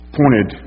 pointed